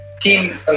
team